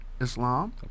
Islam